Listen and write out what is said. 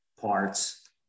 parts